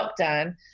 lockdown